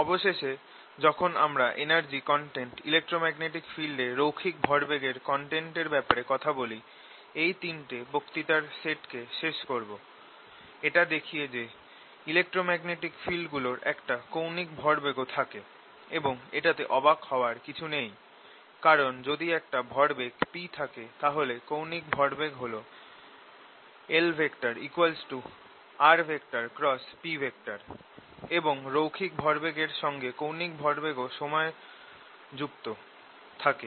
অবশেষে যখন আমরা এনার্জি কনটেন্ট ইলেক্ট্রোম্যাগনেটিক ফিল্ড এ রৈখিক ভরবেগের কনটেন্ট এর ব্যাপারে কথা বলি এই তিনটে বক্তৃতার সেট কে শেষ করব এটা দেখিয়ে যে ইলেক্ট্রোম্যাগনেটিক ফিল্ডগুলোর একটা কৌণিক ভরবেগও থাকে এবং এটাতে অবাক হওয়ার কিছু নেই কারণ যদি একটা ভরবেগ p থাকে তাহলে কৌণিক ভরবেগ Lrp হবে এবং রৈখিক ভরবেগের সঙ্গে কৌণিক ভরবেগও সবসময় যুক্ত থাকে